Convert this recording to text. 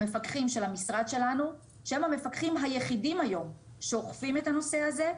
המפקחים של המשרד שלנו שהם המפקחים היחידים היום שאוכפים את הנושא הזה,